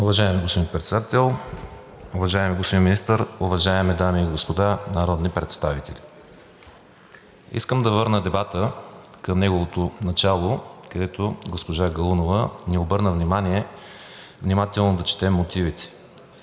Уважаеми господин Председател, уважаеми господин Министър, уважаеми дами и господа народни представители! Искам да върна дебата към неговото начало, където госпожа Галунова ни обърна внимание внимателно да четем мотивите